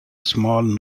small